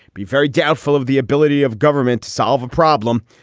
be very doubtful of the ability of government to solve a problem.